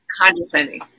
Condescending